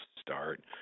start